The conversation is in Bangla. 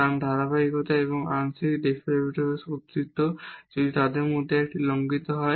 কারণ ধারাবাহিকতা এবং আংশিক ডেরিভেটিভের অস্তিত্বের মধ্যে যদি একটি লঙ্ঘিত হয়